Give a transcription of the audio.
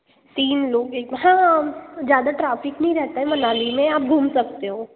तीन लोग हैं हाँ हाँ ज्यादा ट्रैफिक नहीं रहता है मनाली में आप घूम सकते हो